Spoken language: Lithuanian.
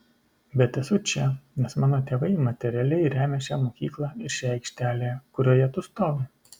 bet esu čia nes mano tėvai materialiai remia šią mokyklą ir šią aikštelę kurioje tu stovi